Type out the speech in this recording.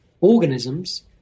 organisms